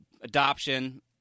adoption